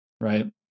Right